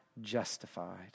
justified